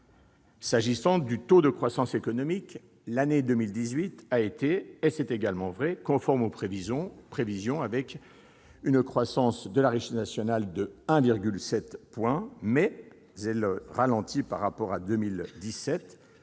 S'agissant du taux de croissance économique, l'année 2018 a été, c'est également vrai, conforme aux prévisions avec une croissance de la richesse nationale de 1,7 %, qui accuse toutefois un ralentissement par rapport à 2017.